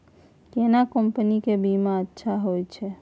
केना कंपनी के बीमा अच्छा होय छै?